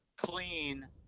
clean